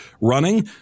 running